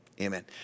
Amen